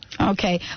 Okay